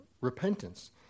repentance